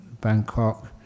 Bangkok